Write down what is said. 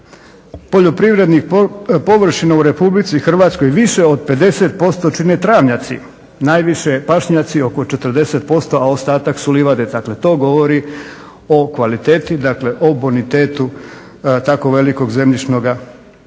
poljoprivrednih površina u Republici Hrvatskoj više od 50% čine travnjaci, najviše pašnjaci oko 40% a ostatak su livade. Dakle, to govori o kvaliteti, dakle o bonitetu tako velikog zemljišnoga fonda.